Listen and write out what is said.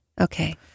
Okay